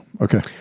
Okay